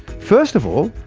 first of all,